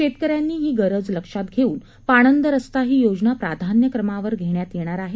शेतकऱ्यांची ही गरज लक्षात घेऊन पाणंद रस्ता ही योजना प्राधान्य क्रमावर घेण्यात येणार आहे